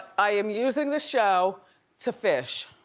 i am using this show to fish.